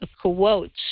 quotes